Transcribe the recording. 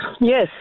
Yes